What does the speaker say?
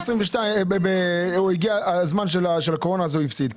בשנת 2022 הגיעה הקורונה והוא הפסיד,